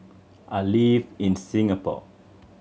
I live in Singapore